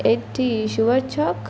ଏଠି ସୁୁବର୍ ଛକ